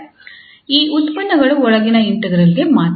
ಆದ್ದರಿಂದ ಈ ಉತ್ಪನ್ನಗಳು ಒಳಗಿನ ಇಂಟೆಗ್ರಾಲ್ ಗೆ ಮಾತ್ರ